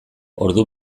ordu